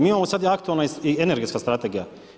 Mi imamo sad i aktualna energetska strategija.